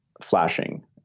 flashing